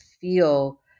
feel